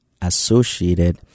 associated